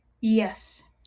Yes